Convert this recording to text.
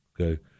Okay